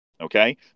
okay